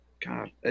God